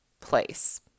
place